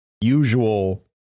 usual